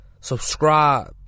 Subscribe